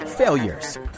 failures